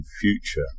future